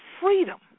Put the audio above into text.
freedom